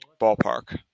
ballpark